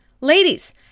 ladies